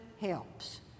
helps